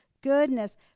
goodness